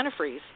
antifreeze